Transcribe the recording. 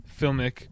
filmic